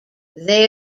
they